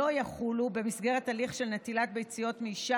לא יחולו במסגרת הליך של נטילת ביציות מאישה